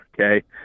okay